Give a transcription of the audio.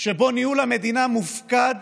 שבו ניהול המדינה מופקד